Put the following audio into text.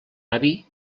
avi